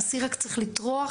האסיר רק צריך לטרוח,